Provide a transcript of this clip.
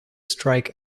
strike